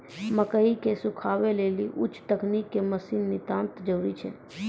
मकई के सुखावे लेली उच्च तकनीक के मसीन के नितांत जरूरी छैय?